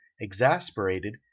exasperated